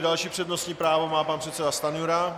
Další přednostní právo má pan předseda Stanjura.